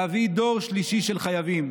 להביא דור שלישי של חייבים.